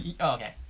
okay